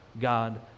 God